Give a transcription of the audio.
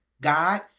God